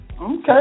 okay